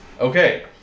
Okay